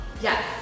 yes